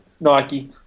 Nike